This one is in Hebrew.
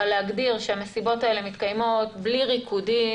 אבל להגדיר שהמסיבות האלה מתקיימות בלי ריקודים